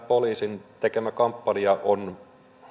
poliisin tekemä kampanja on